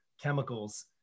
chemicals